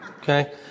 okay